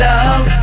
Love